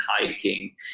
hiking